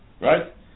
Right